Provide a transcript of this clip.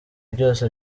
byose